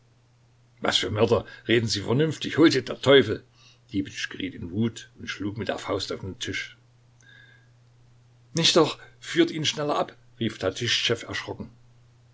was für mörder reden sie vernünftig hol sie der teufel dibitsch geriet in wut und schlug mit der faust auf den tisch nicht doch führt ihn schneller ab rief tatischtschew erschrocken